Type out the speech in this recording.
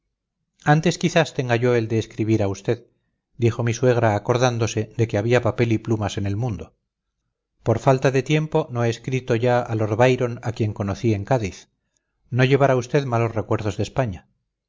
antes quizás tenga yo el de escribir a usted dijo mi suegra acordándose de que había papel y plumas en el mundo por falta de tiempo no he escrito ya a lord byron a quien conocí en cádiz no llevará usted malos recuerdos de españa